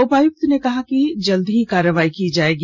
उपायुक्त ने कहा कि जल्द ही कार्रवाई की जाएगी